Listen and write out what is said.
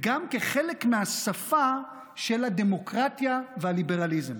כמובן, וגם כחלק מהשפה של הדמוקרטיה והליברליזם.